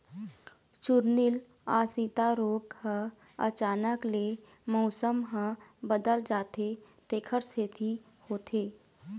चूर्निल आसिता रोग ह अचानक ले मउसम ह बदलत जाथे तेखर सेती होथे